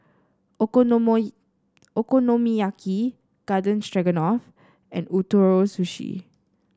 Okonomiyaki Garden Stroganoff and Ootoro Sushi